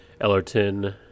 Ellerton